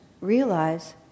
realize